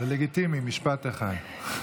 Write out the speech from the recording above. לגיטימי, משפט אחד.